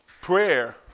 prayer